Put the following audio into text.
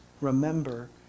remember